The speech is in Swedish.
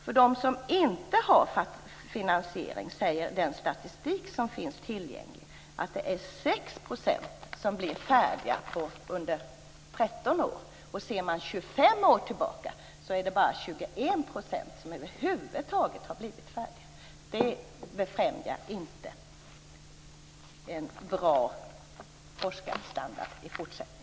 Tillgänglig statistik säger att 6 % av doktoranderna utan finansierad studiegång blev färdiga de senaste 13 åren. De senaste 25 åren har bara 21 % över huvud taget blivit färdiga. Det befrämjar inte en fortsättningsvis bra forskarstandard.